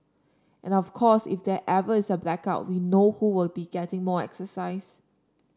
and of course if there ever is a blackout we know who will be getting more exercise